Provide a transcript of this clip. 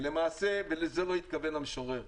למעשה, לזה לא התכוון המשורר.